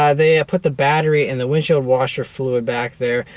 ah they put the battery and the windshield washer fluid back there,